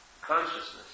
consciousness